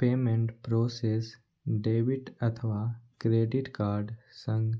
payment processor debit अथवा credit card सं